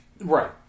right